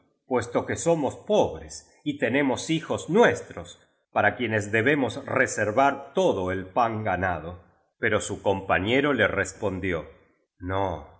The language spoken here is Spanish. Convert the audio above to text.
puesto que somos pobres y tenemos hijos nuestros para quienes debemos reservar todo el pan ganado pero su compañero le respondió no